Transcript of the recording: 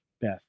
beth